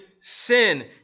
sin